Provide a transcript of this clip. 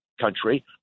country